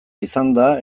izanda